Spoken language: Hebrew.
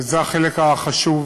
וזה החלק החיובי,